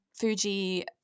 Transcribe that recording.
Fuji